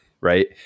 right